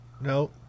No